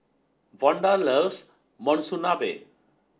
Vonda loves Monsunabe